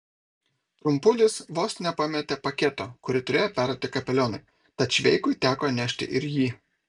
trumpulis vos nepametė paketo kurį turėjo perduoti kapelionui tad šveikui teko nešti ir jį